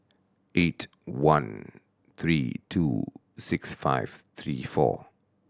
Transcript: eight one three two six five three four